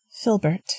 Filbert